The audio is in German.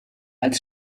als